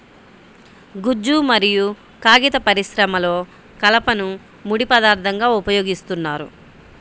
గుజ్జు మరియు కాగిత పరిశ్రమలో కలపను ముడి పదార్థంగా ఉపయోగిస్తున్నారు